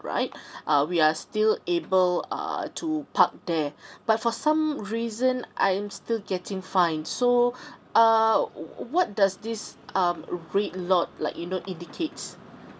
right uh we are still able err to park there but for some reason I'm still getting fined so uh wh~ what does this um red lot like you know indicates